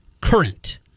Current